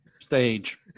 stage